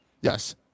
Yes